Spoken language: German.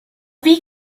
wie